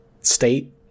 state